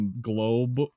globe